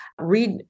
read